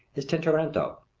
is tintoretto.